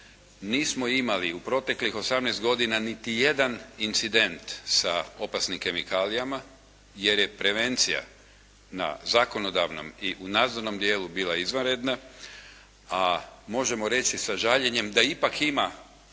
Nismo imali u proteklih 18 godina niti jedan incident sa opasnim kemikalijama jer je prevencija na zakonodavnom i u nadzornom dijelu bila izvanredna, a možemo reći sa žaljenjem da ipak ima